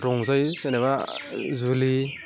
रंजायो जेनेबा जुलि